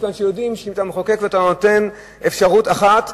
משום שיודעים שאם אתה מחוקק ואתה נותן אפשרות אחת,